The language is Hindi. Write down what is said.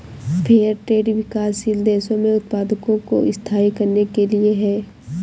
फेयर ट्रेड विकासशील देशों में उत्पादकों को स्थायी करने के लिए है